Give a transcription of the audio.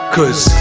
Cause